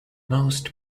most